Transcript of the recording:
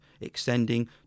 extending